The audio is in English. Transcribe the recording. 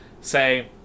say